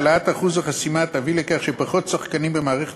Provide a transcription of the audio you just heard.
העלאת אחוז החסימה תביא לפחות שחקנים במערכת